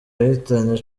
yahitanye